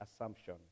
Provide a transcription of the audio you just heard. assumption